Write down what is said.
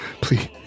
please